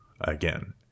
again